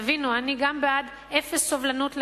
תבינו, גם אני בעד אפס סובלנות לאלימות.